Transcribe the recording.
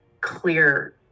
clear